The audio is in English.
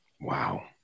Wow